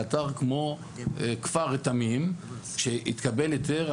באתר כמו כפר רתמים שהתקבל היתר,